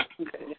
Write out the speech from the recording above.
Okay